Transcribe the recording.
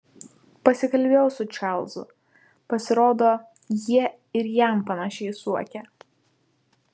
pasikalbėjau su čarlzu pasirodo jie ir jam panašiai suokia